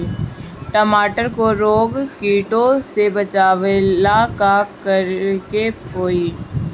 टमाटर को रोग कीटो से बचावेला का करेके होई?